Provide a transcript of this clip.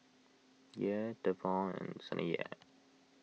Yair Devaughn and Saniyah